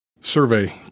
survey